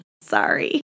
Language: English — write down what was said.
Sorry